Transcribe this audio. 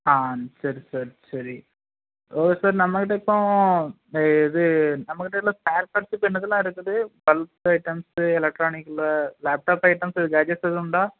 ஆ சரி சார் சரி சார் நம்மகிட்ட இப்போது இந்த இது நம்மக்கிட்டே உள்ள ஸ்பேர் பார்ட்ஸ் இப்போ என்னலாம் இருக்குது பல்ப்ஸ் ஐட்டம்ஸு எலெக்ட்ரானிக்கில் லேப்டாப் ஐட்டம்ஸ் ஜார்ஜஸ் எதுவும் உண்டா